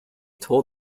told